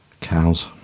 Cows